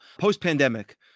post-pandemic